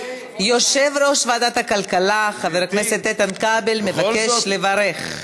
יושב-ראש ועדת הכלכלה חבר הכנסת איתן כבל מבקש לברך.